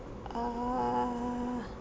uh